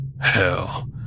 Hell